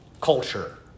culture